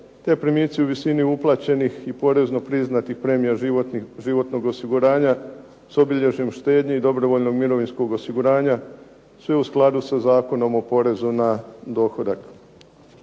te primici u visini uplaćenih i porezno priznatih premija životnih osiguranja, s obilježjem štednje i dobrovoljnog mirovinskog osiguranja, sv eu skladu sa Zakonom o porezu na dohodak.